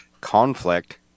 Conflict